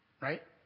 right